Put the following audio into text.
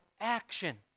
action